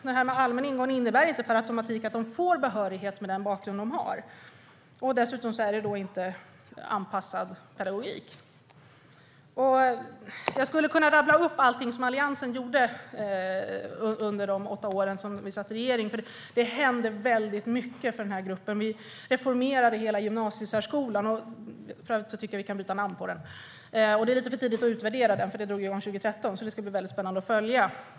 Det här med allmän ingång innebär inte per automatik att de får behörighet med den bakgrund de har. Dessutom är det alltså inte anpassad pedagogik. Jag skulle kunna rabbla upp allting Alliansen gjorde under de åtta år vi satt i regering. Det hände väldigt mycket för den här gruppen. Vi reformerade hela gymnasiesärskolan - jag tycker för övrigt att vi kan byta namn på den - och det är lite för tidigt att utvärdera den, för det drog igång 2013. Det ska alltså bli väldigt spännande att följa.